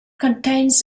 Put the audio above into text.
contains